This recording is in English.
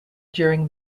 during